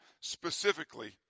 specifically